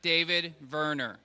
david verner